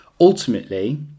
Ultimately